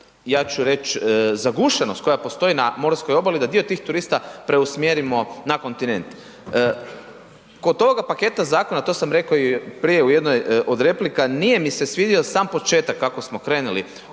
ja ću reć, zagušenost koja postoji na morskoj obali, da dio tih turista preusmjerimo na kontinent. Kod ovoga paketa zakona, to sam rekao i prije u jednoj od replika, nije mi se svidio sam početak kako smo krenuli